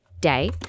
day